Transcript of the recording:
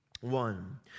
One